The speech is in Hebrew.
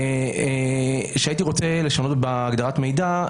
והייתי רוצה לשנות בהגדרת מידע,